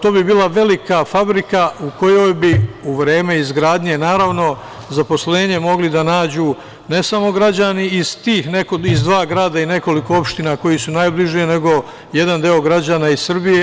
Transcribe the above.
To bi bila velika fabrika u kojoj bi u vreme izgradnje naravno zaposlenje mogli da nađu ne samo građani iz dva grada ili nekoliko opština, koji su najbliži, nego jedan deo građana Srbije.